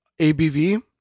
ABV